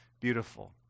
beautiful